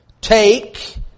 Take